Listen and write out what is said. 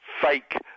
fake